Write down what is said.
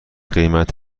قیمت